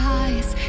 eyes